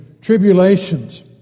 tribulations